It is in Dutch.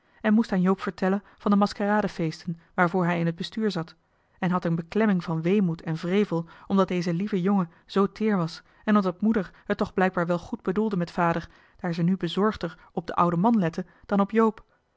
en moest aan joop vertellen van de maskerade feesten waarvoor hij in het bestuur zat en had een beklemming van weemoed en wrevel omdat deze lieve jongen zoo teer was en omdat moeder het toch blijkbaar wel goed bedoelde met vader daar ze nu bezorgder op den ouden man lette dan op joop